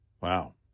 Wow